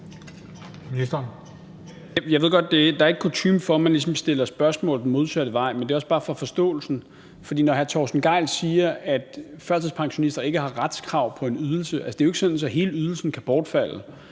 at der ikke er kutyme for, at man stiller spørgsmål den modsatte vej, men det er også bare for at forstå det. For i forhold til at hr. Torsten Gejl siger, at førtidspensionister ikke har et retskrav på en ydelse: Altså, det er jo ikke sådan, at hele ydelsen kan bortfalde.